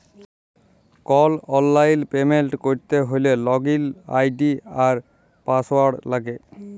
call অললাইল payment ক্যরতে হ্যলে লগইল আই.ডি আর পাসঅয়াড় লাগে